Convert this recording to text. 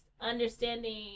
understanding